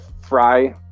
fry